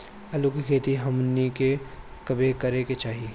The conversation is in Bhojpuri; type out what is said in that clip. आलू की खेती हमनी के कब करें के चाही?